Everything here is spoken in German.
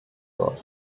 wird